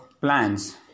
plans